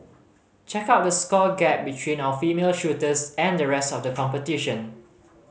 check out the score gap between our female shooters and the rest of the competition